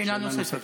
שאלה נוספת.